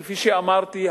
כפי שאמרתי,